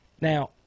Now